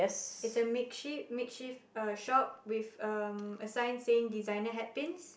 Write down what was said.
it's a makeshift makeshift uh shop with um a sign saying designer hat pins